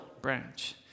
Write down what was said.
branch